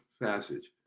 passage